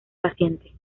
paciente